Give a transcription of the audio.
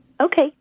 Okay